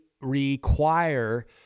require